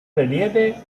relieve